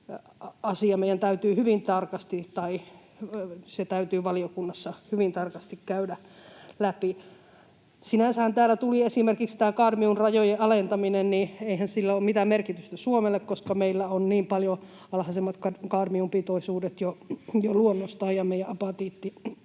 meidän täytyy hyvin tarkasti valiokunnassa käydä läpi. Kun täällä tuli esimerkiksi tämä kadmiumrajojen alentaminen, niin sinänsähän sillä ei ole mitään merkitystä Suomelle, koska meillä on niin paljon alhaisemmat kadmiumpitoisuudet jo luonnostaan ja meidän apatiitti